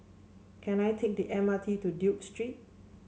can I take the M R T to Duke Street